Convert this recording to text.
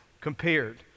compared